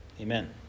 amen